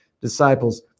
disciples